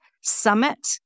Summit